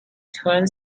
turned